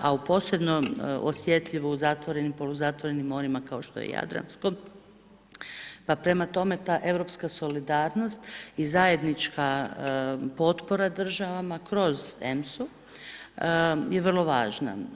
a u posebno osjetljivo u zatvorenim, poluzatvorenim onima kao što je Jadransko, pa prema tome ta europska solidarnost i zajednička potpora državama kroz EMS-u je vrlo važna.